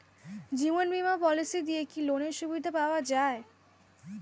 জীবন বীমা পলিসি দিয়ে কি লোনের সুবিধা পাওয়া যায়?